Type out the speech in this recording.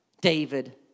David